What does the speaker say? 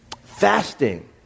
Fasting